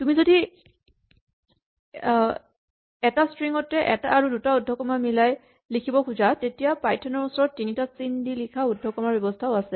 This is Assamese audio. তুমি যদি এটা ষ্ট্ৰিং তে এটা আৰু দুটা উদ্ধকমা মিলাই লিখিব খোজা তেতিয়া পাইথন ৰ ওচৰত তিনিটা চিন দি লিখা উদ্ধকমাৰ ব্যৱস্হাও আছে